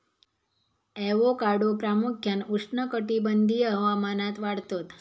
avocado प्रामुख्यान उष्णकटिबंधीय हवामानात वाढतत